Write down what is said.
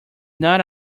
not